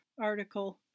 article